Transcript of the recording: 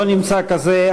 לא נמצא כזה.